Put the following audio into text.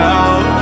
out